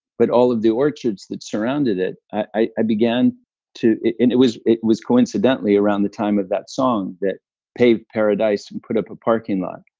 but all of the orchids that surrounded it, i began to. and it was it was coincidentally around the time of that song, that paved paradise and put up a parking lot,